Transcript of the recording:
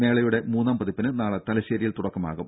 മേളയുടെ മൂന്നാം പതിപ്പിന് നാളെ തലശേരിയിൽ തുടക്കമാകും